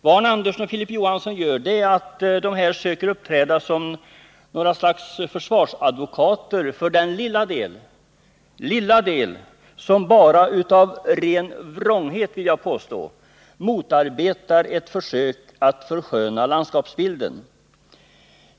Vad Arne Andersson och Filip Johansson gör är att försöka uppträda som försvarsadvokater för den lilla del av markägarna som av ren vrånghet motarbetar ett försök att försköna landskapsbilden.